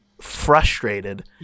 frustrated